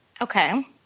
Okay